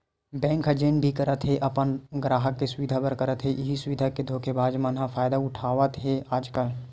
bank ह जेन भी करत हे अपन गराहक के सुबिधा बर करत हे, इहीं सुबिधा के धोखेबाज मन ह फायदा उठावत हे आजकल